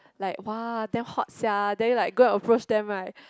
like !wah! damn hot sia then like go and approach them right